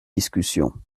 discussion